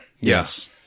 Yes